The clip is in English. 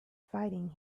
fighting